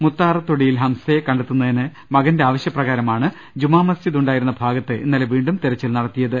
മുത്താറത്തൊടിയിൽ ഹംസയെ കണ്ടെത്തുന്നതിന് മകന്റെ ആവശ്യ പ്രകാരമാണ് ജുമാ മസ്ജിദ് ഉണ്ടായിരുന്ന ഭാഗത്ത് ഇന്നലെ വീണ്ടും തെരച്ചിൽ നടത്തിയത്